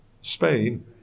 Spain